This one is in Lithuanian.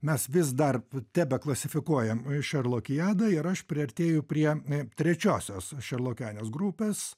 mes vis dar p tebeklasifikuojam i šerlokiadą ir aš priartėju prie trečiosios šerlokeanijos grupės